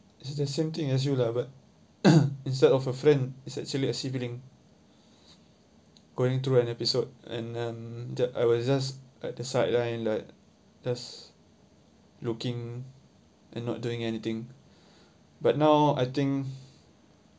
is the same thing as you lah but instead of a friend is actually a sibling going through an episode and um j~ I was just at the sideline like just looking and not doing anything but now I think